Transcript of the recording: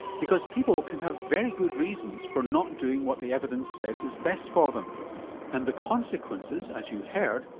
because people can have very good reasons for not doing what the evidence says is best for them and the consequences, as you heard,